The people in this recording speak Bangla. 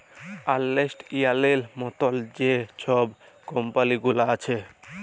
আর্লেস্ট ইয়াংয়ের মতল যে ছব কম্পালি গুলাল আছে